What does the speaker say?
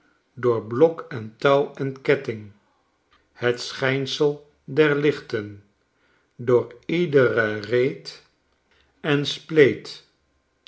door blok en touw en ketting het schynsel der lichten door iedere reet en spleet